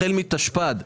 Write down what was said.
החל מתשפ"ד,